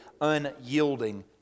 unyielding